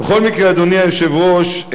אדוני היושב-ראש,